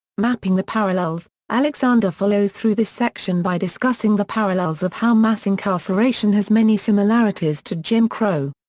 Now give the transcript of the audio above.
mapping the parallels alexander follows through this section by discussing the parallels of how mass incarceration has many similarities to jim crow.